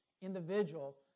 individual